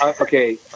Okay